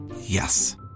Yes